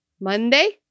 Monday